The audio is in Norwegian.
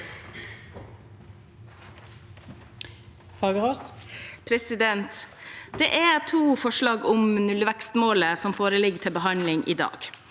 for saken): Det er to forslag om nullvekstmålet som foreligger til behandling i dag